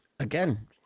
Again